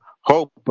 hope